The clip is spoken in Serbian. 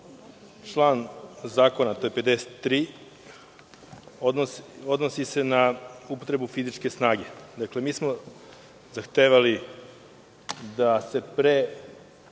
član zakona, a to je član 53, odnosi se na upotrebu fizičke snage. Mi smo zahtevali da se pre